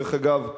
דרך אגב,